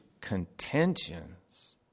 Contentions